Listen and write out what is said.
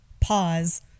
pause